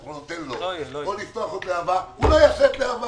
לא נותן לו או לפתוח עוד להב"ה - הוא לא יעשה את להב"ה.